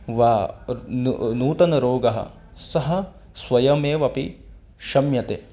वा अर् न् नूतनः रोगः सः स्वयमेवपि शम्यते